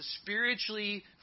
spiritually